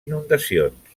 inundacions